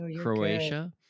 Croatia